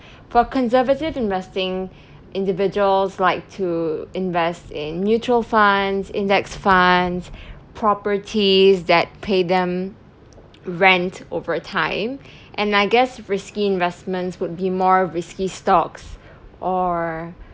for conservative investing individuals like to invest in mutual funds index funds properties that pay them rent over time and I guess risky investments would be more risky stocks or